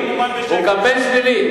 הוא קמפיין שלילי.